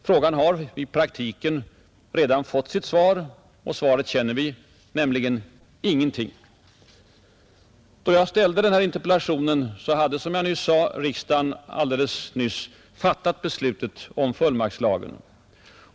Frågan har i praktiken redan fått sitt svar och svaret känner vi alla: Ingenting. Då jag ställde interpellationen hade riksdagen, som jag nyss sade, just fattat beslutet om fullmaktslagen.